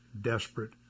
desperate